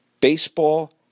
Baseball